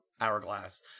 hourglass